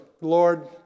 Lord